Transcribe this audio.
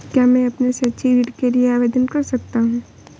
क्या मैं अपने शैक्षिक ऋण के लिए आवेदन कर सकता हूँ?